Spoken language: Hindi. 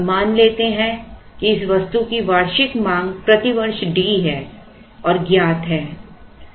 अब मान लेते हैं कि इस वस्तु की वार्षिक मांग प्रति वर्ष D है और ज्ञात है